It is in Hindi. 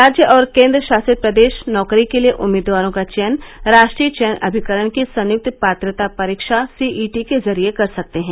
राज्य और केंद्र शासित प्रदेश नौकरी के लिए उम्मीदवारों का चयन राष्ट्रीय चयन अभिकरण की संयुक्त पात्रता परीक्षा सीईटी के जरिए कर सकते हैं